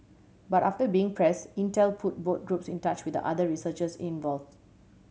but after being pressed Intel put both groups in touch with the other researchers involved